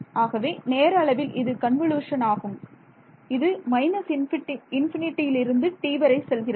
ஆகவே நேர அளவில் இது கன்வொலுஷன் ஆகும் இது −∞ இலிருந்து t வரை செல்கிறது